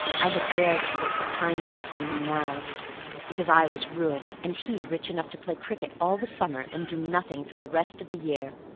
i had dared to look for kindness from him now because i was ruined, and he rich enough to play cricket all the summer, and do nothing for the rest of the year,